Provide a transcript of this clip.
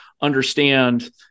understand